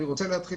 אני רוצה להתחיל